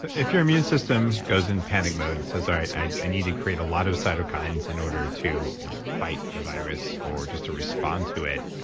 if your immune system goes in panic mode, i ah need to create a lot of cytokines in order to fight the virus or just to respond to it,